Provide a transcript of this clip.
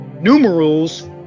numerals